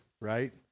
right